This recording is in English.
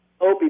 Opie